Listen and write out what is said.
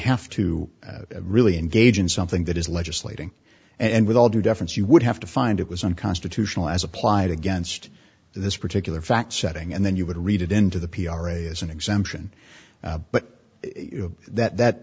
have to really engage in something that is legislating and with all due deference you would have to find it was unconstitutional as applied against this particular fact setting and then you would read it into the p r a as an exam then but you know that that